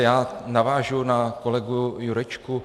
Já navážu na kolegu Jurečku.